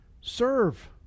serve